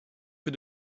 peu